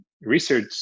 research